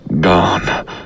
Gone